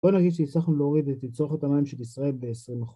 בוא נגיד שהצלחנו להוריד את תצרוכת המים של ישראל בעשרים אחוז